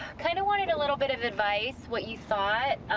kind of wanted a little bit of advice, what you thought.